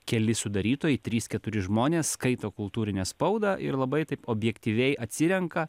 keli sudarytojai trys keturi žmonės skaito kultūrinę spaudą ir labai taip objektyviai atsirenka